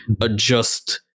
adjust